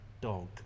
dog